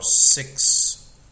six